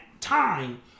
time